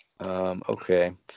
Okay